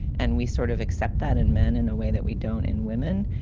and we sort of accept that in men in a way that we don't in women.